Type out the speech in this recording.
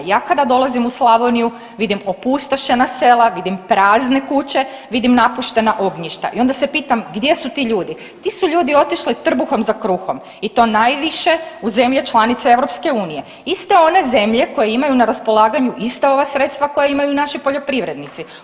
Ja kada dolazim u Slavoniju vidim opustošena sela, vidim prazne kuće, vidim napuštena ognjišta i onda se pitam gdje su ti ljudi, ti su ljudi otišli trbuhom za kruhom i to najviše u zemlje članice EU, iste one zemlje koje imaju na raspolaganju ista ova sredstva koja imaju naši poljoprivrednici.